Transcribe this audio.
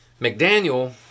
McDaniel